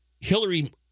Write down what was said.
Hillary